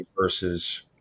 versus